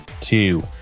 two